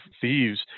thieves